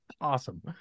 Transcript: Awesome